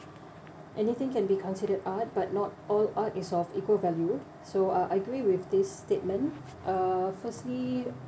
anything can be considered art but not all art is of equal value so uh I agree with this statement uh firstly